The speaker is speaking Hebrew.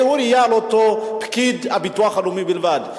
הערעור יהיה על אותו פקיד הביטוח הלאומי בלבד.